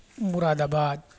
مراد آباد